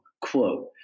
quote